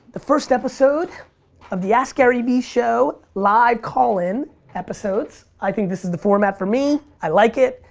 the first episode of the askgaryvee show live call in episodes. i think this is the format for me. i like it.